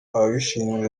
ababishinzwe